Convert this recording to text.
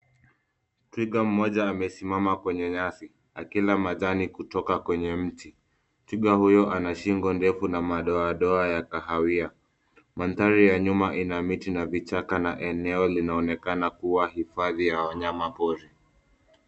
Twiga mmoja amesimama kwenye nyasi akila majani kutoka kwenye mti. Twiga huyu anashingo ndefu na madoadoa ya kahawia. Mandhari ya nyuma ina miti na vichaka na eneo linaonekana kuwa hifathi ya wanyama pori.